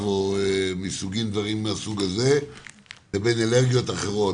או דברים מהסוג הזה לבין אלרגיות אחרות?